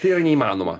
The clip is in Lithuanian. tai yra neįmanoma